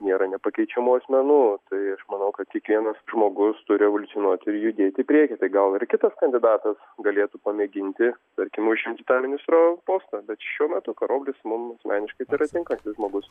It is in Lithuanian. nėra nepakeičiamų asmenų tai aš manau kad kiekvienas žmogus turi žinoti ir judėti į priekį tai gal ir kitas kandidatas galėtų pamėginti tarkim užimti tą ministro postą bet šiuo metu karoblis mum asmeniškai tai yra tinkantis žmogus